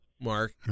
Mark